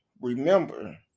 remember